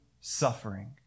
suffering